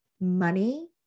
money